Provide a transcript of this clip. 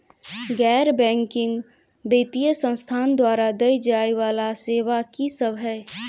गैर बैंकिंग वित्तीय संस्थान द्वारा देय जाए वला सेवा की सब है?